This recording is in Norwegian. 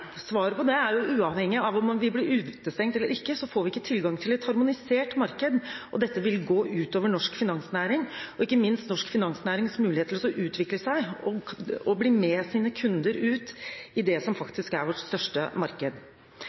eller ikke, får vi ikke tilgang til et harmonisert marked, og dette vil gå ut over norsk finansnæring og ikke minst norsk finansnærings mulighet til å utvikle seg og bli med sine kunder ut i det som faktisk er vårt største marked.